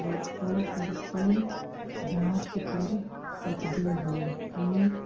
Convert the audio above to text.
ਵਰਤੋਂ ਕਰਕੇ ਜਾਂਚ ਕਰ ਸਕਦੇ ਹੋ ਕਿ